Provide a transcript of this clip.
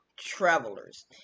travelers